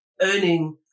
earning